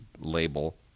label